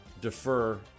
defer